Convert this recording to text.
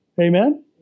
Amen